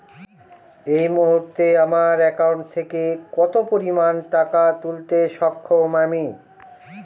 এই মুহূর্তে আমার একাউন্ট থেকে কত পরিমান টাকা তুলতে সক্ষম আমি?